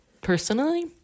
personally